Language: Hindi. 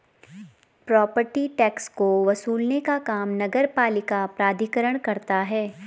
प्रॉपर्टी टैक्स को वसूलने का काम नगरपालिका प्राधिकरण करता है